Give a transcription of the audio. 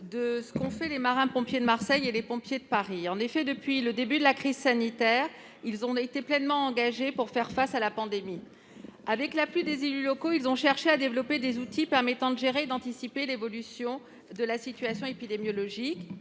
ce qu'ont fait les marins-pompiers de Marseille et les pompiers de Paris. En effet, depuis le début de la crise sanitaire, ceux-ci ont été pleinement engagés pour faire face à la pandémie. Avec l'appui des élus locaux, ils ont cherché à développer des outils permettant de gérer et d'anticiper l'évolution de la situation épidémiologique.